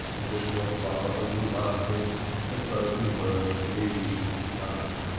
and that your father will love him as though he were indeed his son.